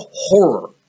horror